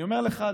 אני אומר לך,